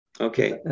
okay